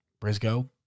Briscoe